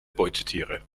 beutetiere